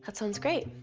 but sounds great.